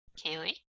Kaylee